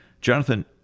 Jonathan